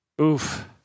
Oof